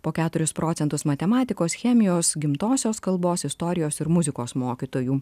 po keturis procentus matematikos chemijos gimtosios kalbos istorijos ir muzikos mokytojų